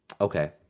Okay